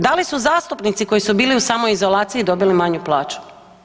Da li su zastupnici koji su bili u samoizolaciji dobili manju plaću?